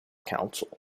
council